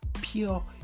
pure